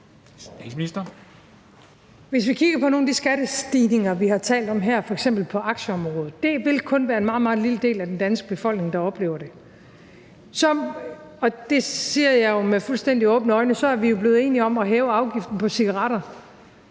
Hvis vi kigger på nogle af de skattestigninger, vi har talt om her, f.eks. på aktieområdet, vil det kun være en meget, meget lille del af den danske befolkning, der oplever det. Og så, og det siger jeg med fuldstændig åbne øjne, er vi jo blevet enige om at hæve afgiften på cigaretter.